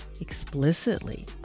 explicitly